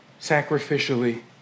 sacrificially